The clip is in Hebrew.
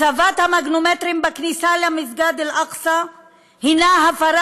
הצבת המגנומטרים בכניסה למסגד אל-אקצא הנה הפרה